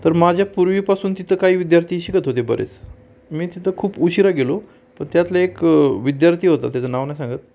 तर माझ्या पूर्वीपासून तिथं काही विद्यार्थी शिकत होते बरेच मी तिथं खूप उशिरा गेलो पण त्यातलं एक विद्यार्थी होता त्याचं नाव नाही सांगत